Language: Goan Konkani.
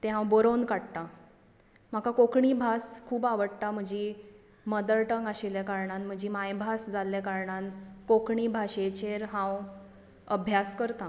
तें हांव बरोवन काडटां म्हाका कोंकणी भास खूब आवडटा म्हजी मदर टंग आशिल्ल्या कारणान म्हजी मांयभास जाल्ल्या कारणान कोंकणी भाशेचेर हांव अभ्यास करतां